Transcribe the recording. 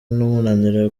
n’umunaniro